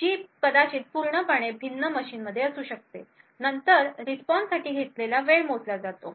जी कदाचित पूर्णपणे भिन्न मशीनमध्ये असू शकते आणि नंतर रिस्पॉन्ससाठी घेतलेला वेळ मोजतो